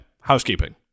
Housekeeping